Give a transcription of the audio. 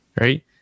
right